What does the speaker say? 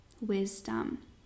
wisdom